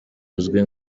uzwi